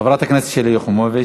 חברת הכנסת שלי יחימוביץ.